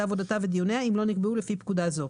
עבודתה ודיוניה אם לא נקבעו לפי פקודה זו.